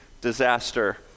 disaster